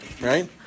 right